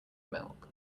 milk